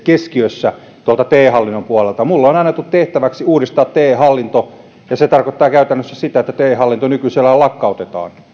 keskiössä tuolta te hallinnon puolelta minulle on annettu tehtäväksi uudistaa te hallinto ja se tarkoittaa käytännössä sitä että te hallinto nykyisellään lakkautetaan